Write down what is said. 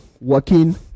working